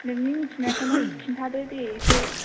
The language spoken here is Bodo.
नोंनि मिथिनायखौ नों खिनथादो दे एसे